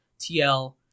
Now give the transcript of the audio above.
TL